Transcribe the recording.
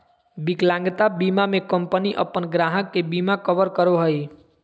विकलांगता बीमा में कंपनी अपन ग्राहक के बिमा कवर करो हइ